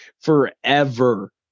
Forever